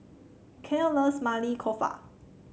Kael loves Maili Kofta